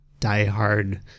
diehard